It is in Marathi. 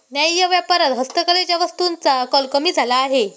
न्याय्य व्यापारात हस्तकलेच्या वस्तूंचा कल कमी झाला आहे